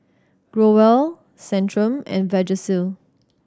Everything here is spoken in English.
Growell Centrum and Vagisil